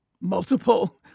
multiple